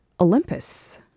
Olympus